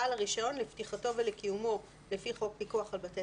בעל הרישיון לפתיחתו ולקיומו לפי חוק פיקוח על בתי